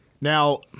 Now